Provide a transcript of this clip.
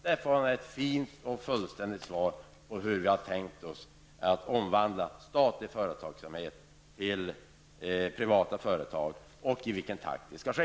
Då får han ett fint och fullständigt svar på frågan hur vi har tänkt oss att omvandla statliga företag till privata företag samt i vilken takt det skall ske.